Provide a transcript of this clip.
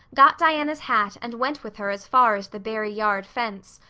got diana's hat and went with her as far as the barry yard fence.